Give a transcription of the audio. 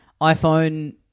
iPhone